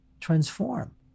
transform